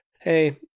hey